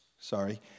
Sorry